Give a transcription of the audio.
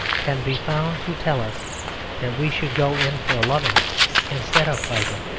can be found to tell us that we should go in for loving instead of fighting.